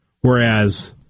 Whereas